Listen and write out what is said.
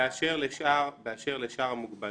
באשר לשאר המוגבלויות,